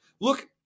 Look